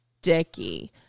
Sticky